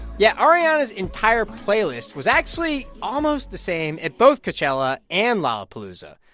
yeah. ariana's entire playlist was actually almost the same at both coachella and lollapalooza,